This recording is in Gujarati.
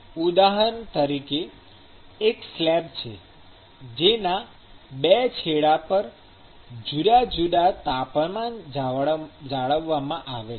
ઉદાહરણ તરીકે કોઈ સ્લેબ છે જેના ૨ છેડા પર જુદા જુદા તાપમાન જાળવવામાં આવેલ છે